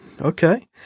Okay